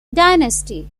dynasty